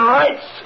rights